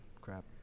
Crap